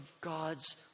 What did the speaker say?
God's